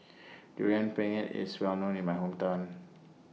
Durian Pengat IS Well known in My Hometown